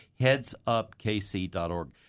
headsupkc.org